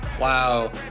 wow